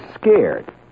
scared